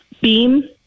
beam